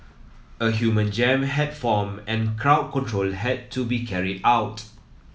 a human jam had formed and crowd control had to be carried out